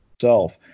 self